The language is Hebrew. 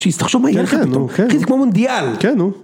שיש, תחשוב מה יהיה לכם, זה כמו מונדיאל. כן, נו.